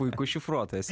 puikus šifruotojas